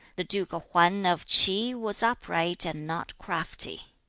the duke hwan of ch'i was upright and not crafty